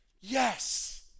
Yes